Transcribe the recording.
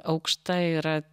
aukšta yra